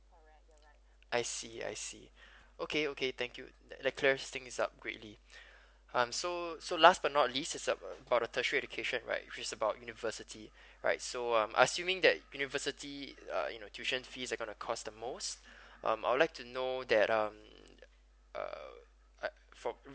I see I see okay okay thank you that clearer things it up greatly um so so last but not least is about the tertiary education right about university right so I'm assuming that university uh you know tuition fees it gonna to cost the most um I'd like to know that um uh from